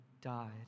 died